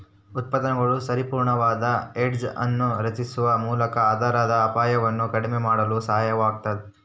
ಉತ್ಪನ್ನಗಳು ಪರಿಪೂರ್ಣವಾದ ಹೆಡ್ಜ್ ಅನ್ನು ರಚಿಸುವ ಮೂಲಕ ಆಧಾರದ ಅಪಾಯವನ್ನು ಕಡಿಮೆ ಮಾಡಲು ಸಹಾಯವಾಗತದ